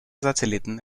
satelliten